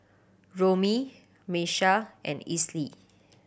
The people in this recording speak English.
Romie Miesha and Esley